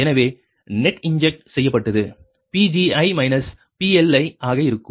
எனவே net inject செய்யப்பட்டது Pgi PLi ஆக இருக்கும்